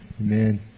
Amen